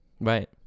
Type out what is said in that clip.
right